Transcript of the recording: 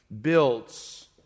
built